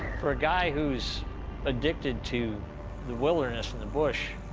for a guy who's addicted to the wilderness and the bush,